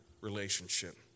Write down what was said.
relationship